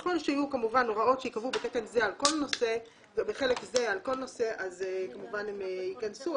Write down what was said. ככל שיהיו הוראות שייקבעו בחלק זה על כל נושא אז כמובן הן ייכנסו,